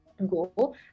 go